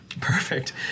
Perfect